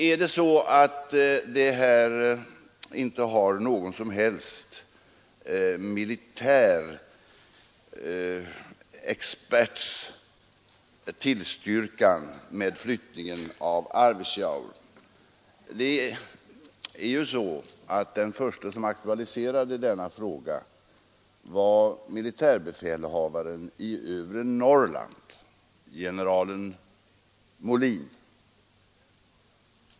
Är det så att flyttningen till Arvidsjaur inte har tillstyrkts av någon militär expert? Den förste som aktualiserade denna fråga var militärbefälhavaren i Norrland, general Mohlin.